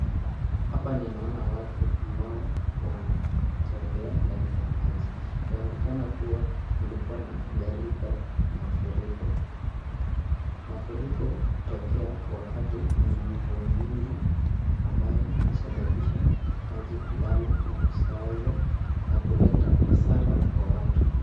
Hapa ninaona watu ambao wanatembea ndani ya maji. Yaonekana kuwa kulikuwa na gharika ya mafuriko. Mafuriko hutokea wakati mna mvua mingi ambayo husababisha maji kulala na kusaza na kuleta hasara kwa watu.